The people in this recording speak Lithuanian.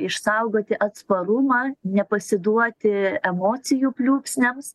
išsaugoti atsparumą nepasiduoti emocijų pliūpsniams